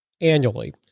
annually